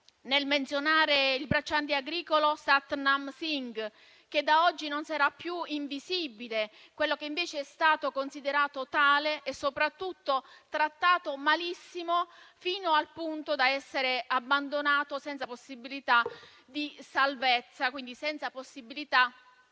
nel menzionare il bracciante agricolo Satnam Singh, che da oggi non sarà più invisibile, dopo essere stato considerato tale e soprattutto dopo essere stato trattato malissimo, fino al punto da essere abbandonato senza possibilità di salvezza, senza possibilità di avere